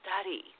study